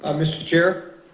ah mr. chair.